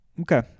Okay